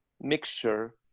mixture